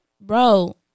bro